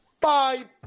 five